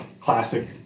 classic